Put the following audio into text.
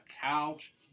couch